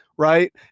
Right